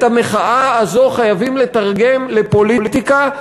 את המחאה הזאת חייבים לתרגם לפוליטיקה,